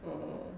oo